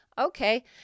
Okay